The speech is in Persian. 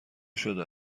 شده